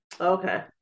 okay